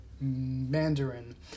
Mandarin